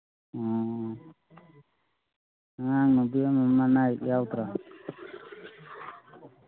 ꯎꯝ ꯑꯉꯥꯡ ꯅꯨꯄꯤ ꯑꯃ ꯑꯃ ꯑꯅꯥ ꯑꯌꯦꯛ ꯌꯥꯎꯗ꯭ꯔꯣ